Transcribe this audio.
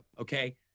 okay